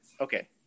okay